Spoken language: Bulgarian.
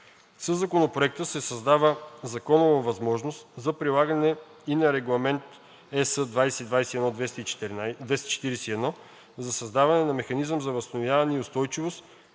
Със Законопроекта се създава и законова възможност за прилагане и на Регламент (ЕС) 2021/241 за създаване на Механизъм за възстановяване и устойчивост,